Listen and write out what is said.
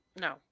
No